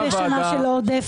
מה קורה בשנה של עודף?